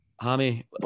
Hammy